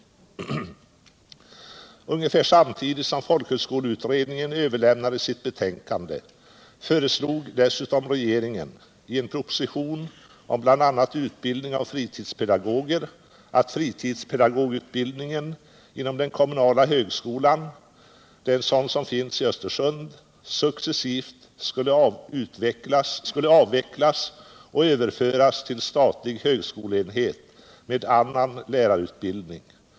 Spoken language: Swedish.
Ungefär samtidigt som folkhögskoleutredningen överlämnade sitt betänkande föreslog dessutom regeringen i en proposition om bl.a. utbildning av fritidspedagoger att fritidspedagogutbildningen inom den kommunala högskolan — det är en sådan som finns i Östersund — successivt skulle avvecklas och överföras till statlig högskoleenhet med annan lärarutbildning.